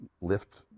lift